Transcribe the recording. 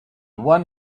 one